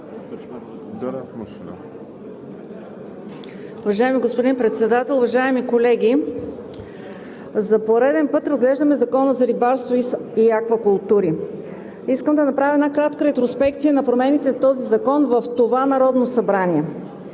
Уважаеми господин Председател, уважаеми колеги! За пореден път разглеждаме Закона за рибарството и аквакултурите. Искам да направя една кратка ретроспекция на промените в този закон в това Народно събрание.